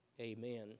amen